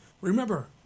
Remember